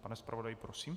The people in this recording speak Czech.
Pane zpravodaji, prosím.